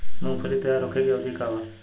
मूँगफली तैयार होखे के अवधि का वा?